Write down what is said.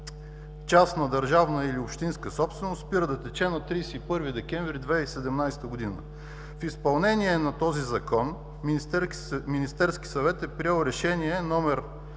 частна, държавна или общинска собственост, спира да тече на 31 декември 2017 г. В изпълнение на този Закон Министерският съвет е приел Решение №